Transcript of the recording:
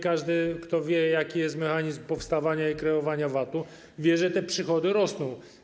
Każdy, kto wie, jaki jest mechanizm powstawania i kreowania VAT-u, wie, że te przychody rosną.